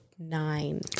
Nine